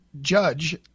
judge